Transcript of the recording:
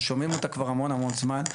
אנחנו שומעים אותה כבר המון המון זמן.